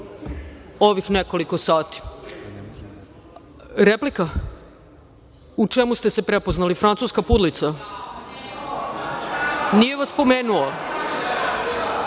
ovih nekoliko sati. Replika? U čemu ste se prepoznali, francuska pudlica? Nije vas